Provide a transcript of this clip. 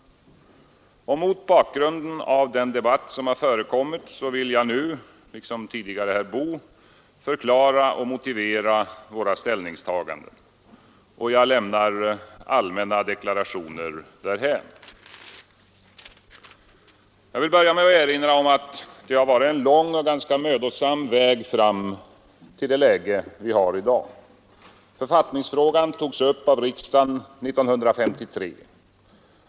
Mot bakgrunden av den debatt som förekommit vill jag nu, liksom tidigare herr Boo, förklara och motivera våra ställningstaganden, och jag lämnar allmänna deklarationer därhän. Jag vill börja med att erinra om att det har varit en lång och ganska mödosam väg fram till det läge vi har i dag. Författningsfrågan togs upp av riksdagen 1953.